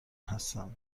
هستم